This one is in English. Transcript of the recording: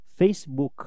Facebook